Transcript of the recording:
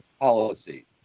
policy